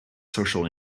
social